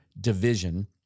division